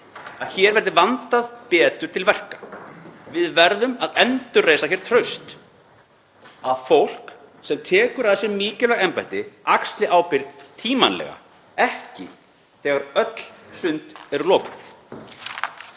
að hér verði vandað betur til verka — við verðum að endurreisa hér traust — að fólk sem tekur að sér mikilvæg embætti axli ábyrgð tímanlega, ekki þegar öll sund eru lokuð.